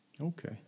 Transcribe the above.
Okay